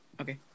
Okay